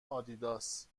آدیداس